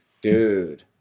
dude